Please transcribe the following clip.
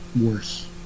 worse